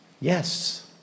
Yes